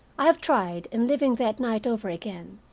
i have tried, in living that night over again,